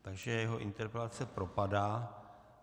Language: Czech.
Takže jeho interpelace propadá.